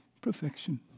perfection